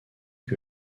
que